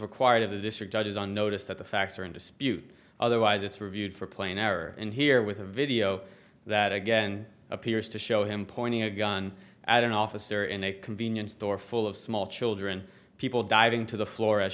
required of the district judges on notice that the facts are in dispute otherwise it's reviewed for plain error in here with a video that again appears to show him pointing a gun at an officer in a convenience store full of small children people diving to the flo